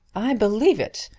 i believe it.